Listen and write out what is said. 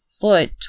foot